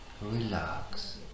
Relax